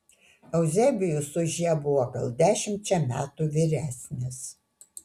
euzebijus už ją buvo gal dešimčia metų vyresnis